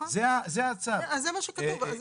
זה מה שכתוב.